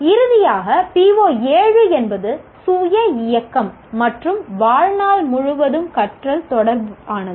இறுதியாக PO7 என்பது சுய இயக்கம் மற்றும் வாழ்நாள் முழுவதும் கற்றல் தொடர்பானது